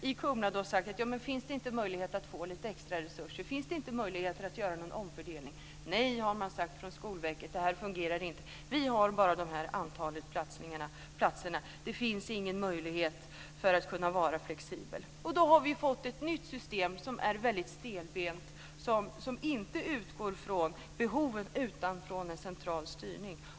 I Kumla har man då frågat: Finns det inte möjlighet att få lite extra resurser? Finns det inte möjlighet att göra någon omfördelning? Nej, har Skolverket sagt, så fungerar det inte. Vi har bara detta antal platser, och det finns ingen möjlighet att vara flexibel, fortsätter Skolverket. Men då har vi ju fått ett nytt system som är stelbent och som inte utgår från behoven utan från en central styrning!